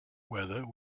whether